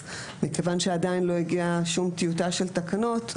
אז מכיוון שעדיין לא הגיעה שום טיוטה של תקנות,